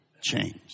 change